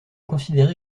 considéré